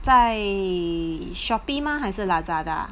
在 Shopee 吗还是 Lazada